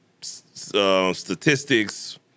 statistics